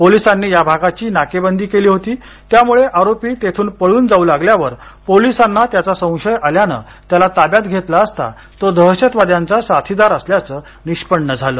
पोलीसींनी या भागाची नाकाबंदी केली होती त्यामुळे आरोपी तेथून पळून जाऊ लागल्यावर पोलीसांना त्याचा संशय आल्यानं त्याला ताब्यात घेतलं असता तो दहशतवाद्यांचा साथीदार असल्याचं निष्पन्न झालं